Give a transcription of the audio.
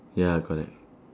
ya correct